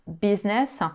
business